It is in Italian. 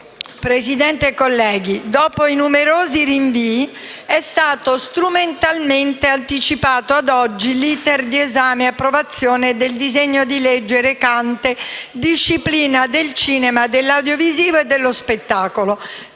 Presidente, colleghi, dopo i numerosi rinvii è stato strumentalmente anticipato a oggi l'*iter* di esame e approvazione del disegno di legge recante la disciplina del cinema, dell'audiovisivo e dello spettacolo.